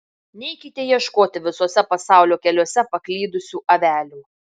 neikite ieškoti visuose pasaulio keliuose paklydusių avelių